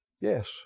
Yes